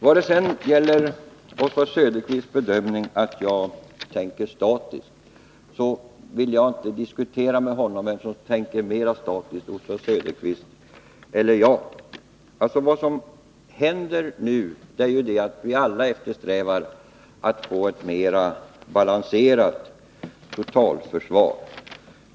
Vad sedan gäller Oswald Söderqvists bedömning att jag tänker statiskt vill jag inte diskutera med honom vem som tänker mest statiskt, Oswald Söderqvist eller jag. Vi eftersträvar alla att få ett mer balanserat totalförsvar.